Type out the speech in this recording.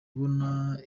abona